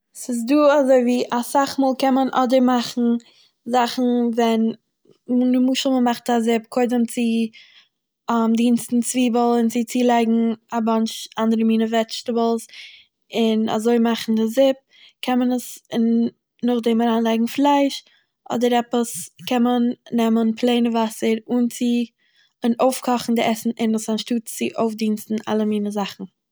ס'איז דא אזוי ווי אסאך מאל קען מען אדער מאכן זאכן ווען נ.. נמשל מ'מאכט א זופ קודם צו דינסטן צוויבל, און צו צולייגן א באוינטש אנדערע מינט וועטשטעבולס און אזוי מאכן די זופ קען מען עס נ..נאכדעם אריינלייגן פלייש אדער עפעס קען מען נעמען פלעין וואסער אן צו, און אויפקאכן די עסן און עס אנשטאט צו אויפדינסטן אלע מינע זאכן.